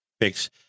fix